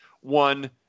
one